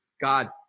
God